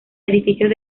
edificios